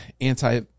anti